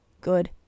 good